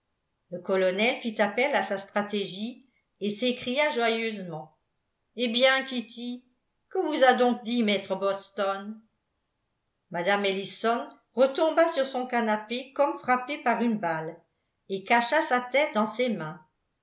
le colonel fit appel à sa stratégie et s'écria joyeusement eh bien kitty que vous a donc dit maître boston mme ellison retomba sur son canapé comme frappée par une balle et cacha sa tête dans ses mains